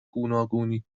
گوناگونی